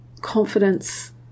confidence